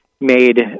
made